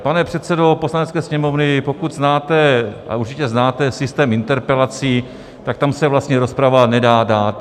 Pane předsedo Poslanecké sněmovny, pokud znáte, a určitě znáte systém interpelací, tak tam se vlastně rozprava nedá dát.